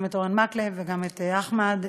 גם את חבר הכנסת מקלב וגם את חבר הכנסת טיבי.